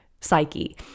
psyche